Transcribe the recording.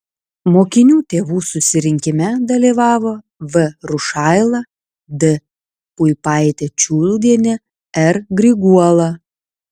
mokinių tėvų susirinkime dalyvavo v rušaila d puipaitė čiuldienė r griguola